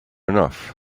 enough